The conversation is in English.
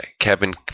Cabin